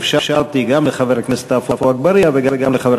ואפשרתי גם לחבר הכנסת עפו אגבאריה וגם לחבר